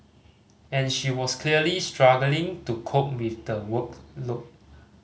and she was clearly struggling to cope with the workload